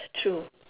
true